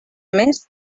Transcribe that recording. més